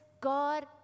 God